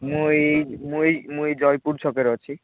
ମୁଁ ଏଇ ମୁଁ ଏଇ ମୁଁ ଏଇ ଜୟପୁର ଛକରେ ଅଛି